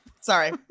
Sorry